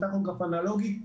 עם טכוגרף אנלוגי,